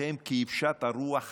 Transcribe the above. וקולכם כאוושת הרוח הקלה.